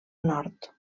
nord